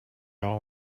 all